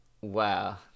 wow